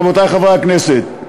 רבותי חברי הכנסת,